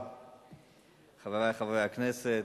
חברי חברי הכנסת,